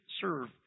serve